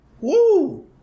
Woo